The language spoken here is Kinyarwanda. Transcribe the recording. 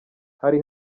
hari